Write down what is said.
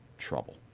trouble